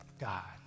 God